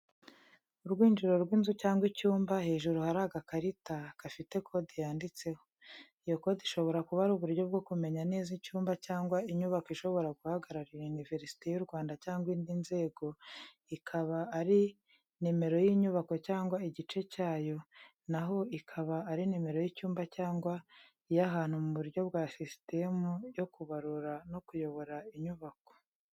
Urwinjiriro rw’inzu cyangwa icyumba, hejuru hari agakarita gafite kode yanditseho. Iyo kode ishobora kuba ari uburyo bwo kumenya neza icyumba cyangwa inyubako. Ishobora guhagararira Univerisite y'u Rwanda cyangwa indi nzego, ikaba ari nimero y’inyubako cyangwa igice cyayo, na ho ikaba ari nimero y’icyumba cyangwa iy’ahantu mu buryo bwa sisitemu yo kubarura no kuyobora inyubako.